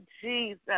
Jesus